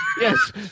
Yes